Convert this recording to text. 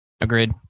agreed